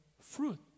fruit